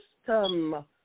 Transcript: system